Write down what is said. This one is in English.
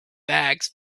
bags